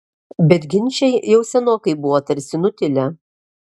bet ginčai jau senokai buvo tarsi nutilę